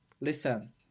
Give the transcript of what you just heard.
listen